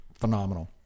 phenomenal